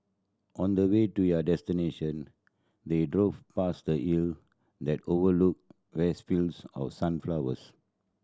on the way to their destination they drove past a hill that overlooked vast fields of sunflowers